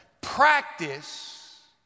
Practice